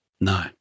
No